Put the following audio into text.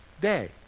day